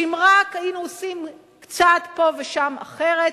שאם רק היינו עושים קצת פה ושם אחרת,